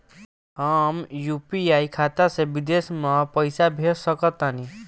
हम यू.पी.आई खाता से विदेश म पइसा भेज सक तानि?